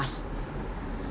glass